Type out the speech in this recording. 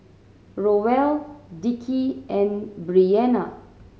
Roel Dickie and Breanna